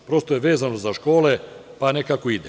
Prosto je vezano za škole, pa nekako ide.